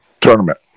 tournament